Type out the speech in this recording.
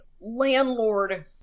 landlord